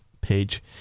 page